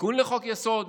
תיקון לחוק-יסוד,